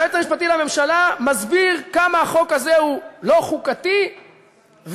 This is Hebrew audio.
היועץ המשפטי לממשלה מסביר כמה החוק הזה הוא לא חוקתי ולא